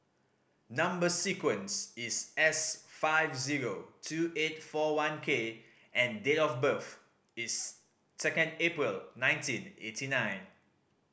number sequence is S seven five zero two eight four one K and date of birth is second April nineteen eighty nine